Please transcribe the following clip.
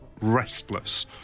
restless